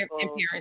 parents